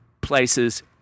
places